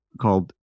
called